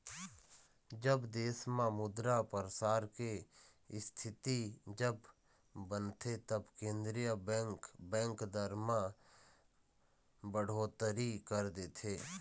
जब देश म मुद्रा परसार के इस्थिति जब बनथे तब केंद्रीय बेंक, बेंक दर म बड़होत्तरी कर देथे